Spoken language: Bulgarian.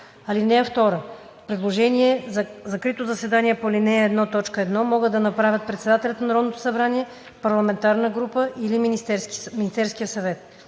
(2) Предложение за закрито заседание по ал. 1, т. 1 могат да направят председателят на Народното събрание, парламентарна група или Министерският съвет.